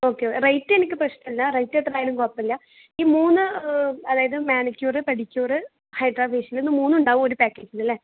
okay rate എനിക്ക് പ്രശ്നമല്ല rate എത്രയായാലും കുഴപ്പമില്ല ഈ മൂന്ന് അതായത് മാനിക്യൂർ പെഡിക്യൂർ ഹൈഡ്രാ ഫേഷ്യൽ ഇത് മൂന്നും ഉണ്ടാവും ഒരു പാക്കേജിൽ അല്ലേ